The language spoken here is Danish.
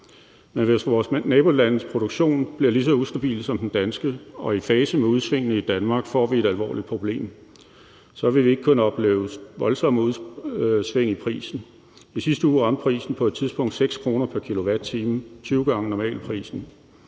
Men hvis vores nabolandes produktion bliver lige så ustabil som den danske og i fase med udsvingene i Danmark, får vi et alvorligt problem. Så vil vi ikke kun opleve voldsomme udsving i prisen – i sidste uge ramte prisen på et tidspunkt 6 kr. pr. kilowatt-time, altså 20 gange normalprisen